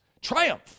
Triumph